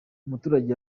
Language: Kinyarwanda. umuturage